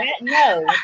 No